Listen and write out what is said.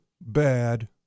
Bad